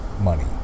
money